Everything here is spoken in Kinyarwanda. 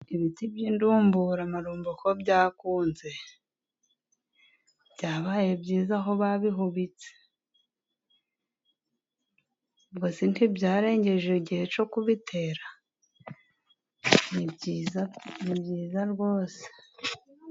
Ibiti by'indumburamarumbo ko byakunze , byabaye byiza aho babihubitse, ubwo se ntibyarengeje igihe cyo kubitera? Ni byiza rwose.